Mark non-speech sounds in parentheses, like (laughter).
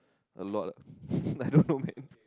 a lot ah (laughs) I don't know man